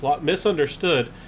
misunderstood